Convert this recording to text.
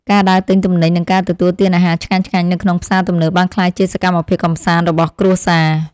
ការដើរទិញទំនិញនិងការទទួលទានអាហារឆ្ងាញ់ៗនៅក្នុងផ្សារទំនើបបានក្លាយជាសកម្មភាពកម្សាន្តរបស់គ្រួសារ។